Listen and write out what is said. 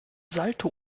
salto